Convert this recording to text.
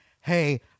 hey